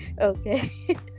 Okay